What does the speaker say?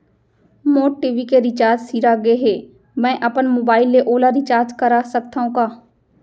मोर TV के recharge सिरा गे हे, मैं अपन मोबाइल ले ओला रिचार्ज करा सकथव का?